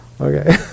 Okay